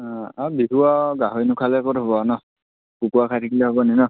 অঁ আৰু বিহু আৰু গাহৰি নোখালে ক'ত হ'ব আৰু ন কুকুুৰা খাই থাকিলে হ'ব নেকি ন